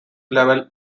level